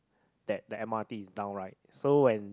that the m_r_t is down right so when